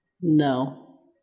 No